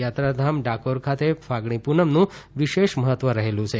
યાત્રાધામ ડાકોર ખાતે ફાગણી પૂનમનું વિશેષ મહત્વ રહેલું છે